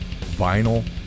vinyl